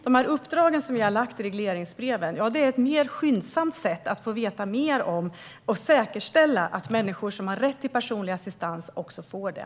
De uppdrag som vi har i regleringsbreven är ett mer skyndsamt sätt att få veta mer och säkerställa att människor som har rätt till personlig assistans också får det.